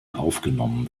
aufgenommen